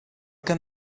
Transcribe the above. can